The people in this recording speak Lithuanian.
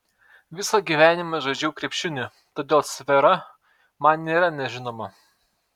visą gyvenimą žaidžiau krepšinį todėl sfera man nėra nežinoma